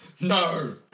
no